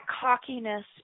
cockiness